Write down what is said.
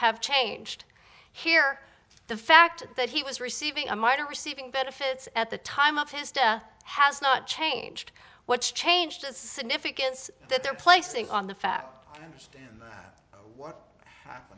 have changed here the fact that he was receiving a martyr receiving benefits at the time of his death has not changed what's changed the significance that they're placing on the